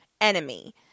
enemy